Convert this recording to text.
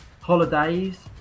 holidays